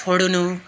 छोड्नु